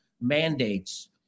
mandates